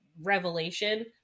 revelation